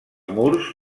murs